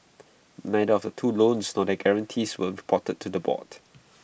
neither of the two loans nor their guarantees were reported to the board